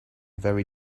very